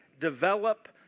develop